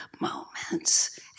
moments